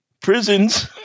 prisons